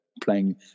playing